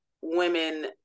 women